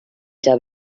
can